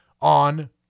on